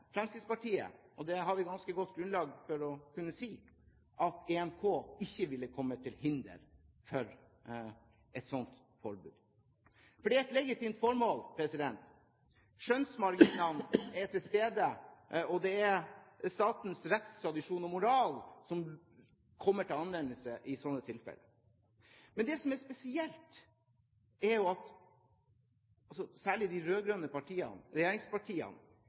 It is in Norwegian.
Fremskrittspartiet – og det har vi et ganske godt grunnlag for å kunne si – at EMK ikke ville kommet til hinder for et slikt forbud. Det er et legitimt formål. Skjønnsmarginene er til stede, og det er statens rettstradisjon og moral som kommer til anvendelse i slike tilfeller. Men det som er spesielt, er at hver gang vi har denne typen debatter, viser særlig de rød-grønne partiene, regjeringspartiene,